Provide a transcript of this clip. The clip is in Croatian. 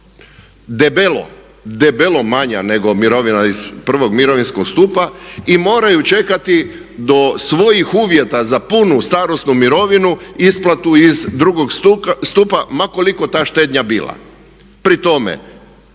debelo, debelo manja nego mirovina iz prvog mirovinskog stupa i moraju čekati do svojih uvjeta za punu starosnu mirovinu isplatu iz drugog stupa ma koliko ta štednja bila. Pri tome